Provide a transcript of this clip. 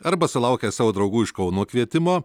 arba sulaukę savo draugų iš kauno kvietimo